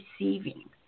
receiving